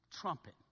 trumpet